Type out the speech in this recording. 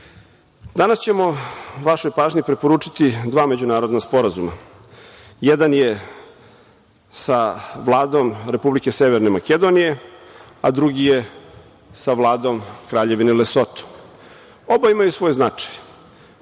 mesta. Danas ćemo vašoj pažnji preporučiti dva međunarodna sporazuma. Jedan je sa Vladom Republike Severne Makedonije, a drugi je sa Vladom Kraljevine Lesoto. Oboje imaju svoj značaj.